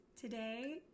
today